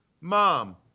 mom